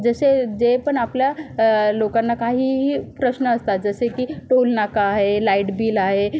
जसे जे पण आपल्या लोकांना काहीही प्रश्न असतात जसे की टोल नाका आहे लाईट बिल आहे